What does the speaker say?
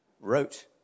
wrote